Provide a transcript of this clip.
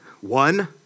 One